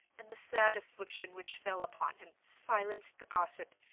and the sad affliction which fell upon him, silenced the gossip,